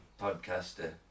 podcaster